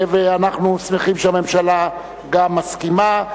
ואנחנו שמחים שהממשלה גם מסכימה.